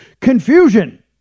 confusion